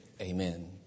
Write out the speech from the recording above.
Amen